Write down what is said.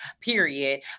Period